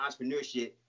entrepreneurship